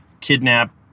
kidnap